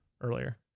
earlier